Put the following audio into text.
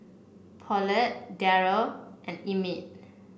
Paulette Darrel and Emmitt